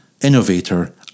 innovator